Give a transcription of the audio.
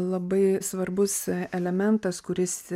labai svarbus elementas kuris